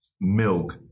milk